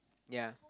ya